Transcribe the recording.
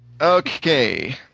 Okay